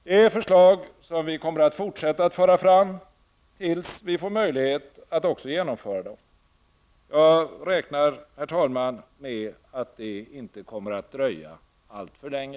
Det är förslag som vi kommer att fortsätta att föra fram tills vi får möjlighet att också genomföra dem. Jag räknar med, herr talman, att det inte kommer att dröja alltför länge.